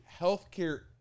healthcare